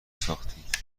ساختید